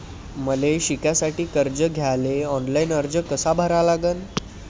मले शिकासाठी कर्ज घ्याले ऑनलाईन अर्ज कसा भरा लागन?